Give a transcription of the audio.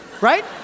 Right